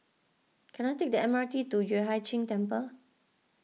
can I take the M R T to Yueh Hai Ching Temple